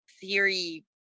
theory